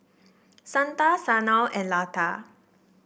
Santha Sanal and Lata